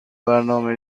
برنامه